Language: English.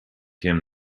him